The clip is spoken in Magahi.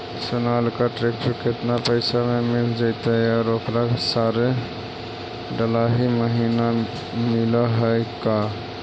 सोनालिका ट्रेक्टर केतना पैसा में मिल जइतै और ओकरा सारे डलाहि महिना मिलअ है का?